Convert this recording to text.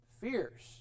fierce